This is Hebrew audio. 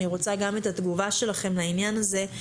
אני רוצה גם את התגובה שלכם לעניין הזה.